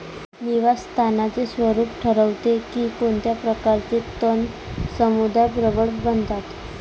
निवास स्थानाचे स्वरूप ठरवते की कोणत्या प्रकारचे तण समुदाय प्रबळ बनतात